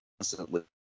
constantly